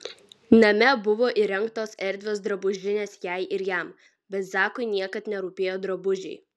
name buvo įrengtos erdvios drabužinės jai ir jam bet zakui niekad nerūpėjo drabužiai